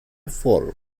volk